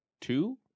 two